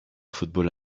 football